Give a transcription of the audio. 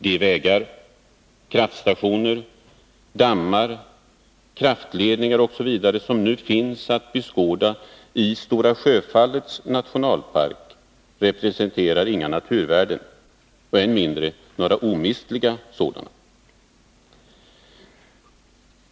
De vägar, kraftstationer, dammar, kraftledningar osv. som nu finns att beskåda i Stora Sjöfallets nationalpark representerar inga naturvärden, än mindre några omistliga sådana.